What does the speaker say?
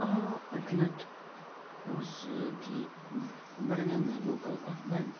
آ اَکہِ لَٹہِ اوس ییٚتی بڈگامہِ لوکَل اَکھ بٮ۪نٛگ